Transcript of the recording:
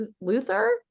Luther